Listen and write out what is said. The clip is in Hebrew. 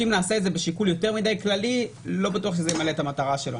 אם נעשה את זה בשיקול כללי מדי לא בטוח שזה ימלא את המטרה שלו.